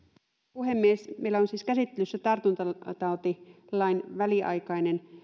puhemies meillä on siis käsittelyssä tartuntatautilain väliaikainen